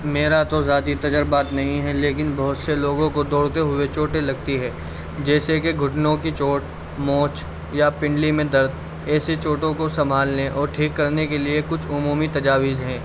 میرا تو ذاتی تجربات نہیں ہے لیکن بہت سے لوگوں کو دوڑتے ہوئے چوٹیں لگتی ہے جیسے کہ گھٹنوں کی چوٹ موچھ یا پنڈلی میں درد ایسے چوٹوں کو سنبھالنے اور ٹھیک کرنے کے لیے کچھ عمومی تجاویز ہیں